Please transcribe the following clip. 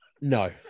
No